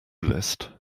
list